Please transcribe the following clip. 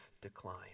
decline